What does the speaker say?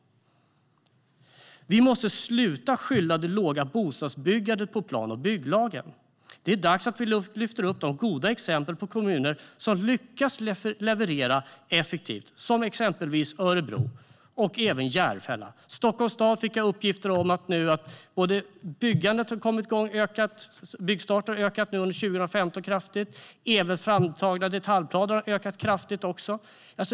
Vi måste sluta skylla det låga bostadsbyggandet på plan och bygglagen. Det är dags att vi lyfter fram de goda exemplen på kommuner som lyckas leverera effektivt, som Örebro och Järfälla. Vad gäller Stockholms stad har jag fått uppgifter om att byggandet har ökat. Byggstarterna ökade kraftigt under 2015, liksom antalet framtagna detaljplaner.